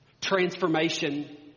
transformation